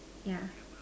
yeah